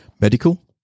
Medical